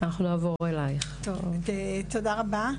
תודה רבה.